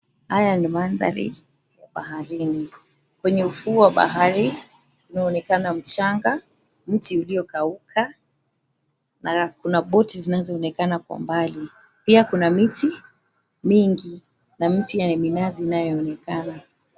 Haya ni maandhari ya baharini, kwenye ufuo wa bahari kunaonekana mchanga na mti uliokauka na kuna boti zinazoonekana kwa mbali, pia kuna miti mingi na miti yenye mnazi inayoonekana.